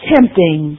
Tempting